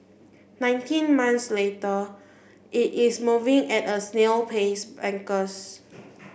nineteen months later it is moving at a snail pace bankers